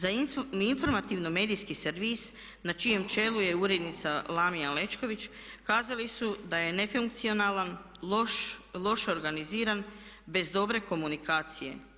Za informativno medijski servis na čijem čelu je urednica Lamia Alečković kazali su da je nefunkcionalan, loš, loše organiziran, bez dobre komunikacije.